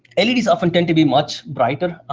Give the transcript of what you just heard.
leds often tend to be much brighter,